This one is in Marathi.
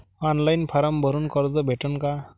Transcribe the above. ऑनलाईन फारम भरून कर्ज भेटन का?